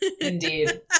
Indeed